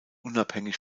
unabhängig